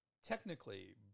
Technically